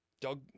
Doug